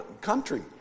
country